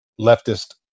leftist